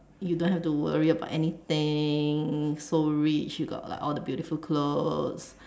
you don't have to worry about anything so rich you got like all the beautiful clothes